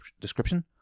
description